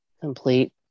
complete